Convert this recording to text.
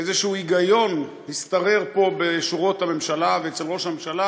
איזשהו היגיון השתרר פה בשורות הממשלה ואצל ראש הממשלה,